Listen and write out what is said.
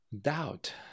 doubt